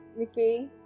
okay